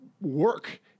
work